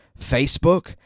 Facebook